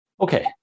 Okay